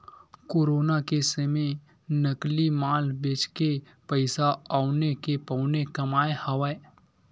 corona के समे नकली माल बेचके पइसा औने के पौने कमाए हवय